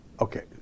Okay